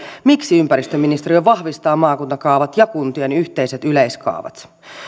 miksi ympäristöministeriö vahvistaa maakuntakaavat ja kuntien yhteiset yleiskaavat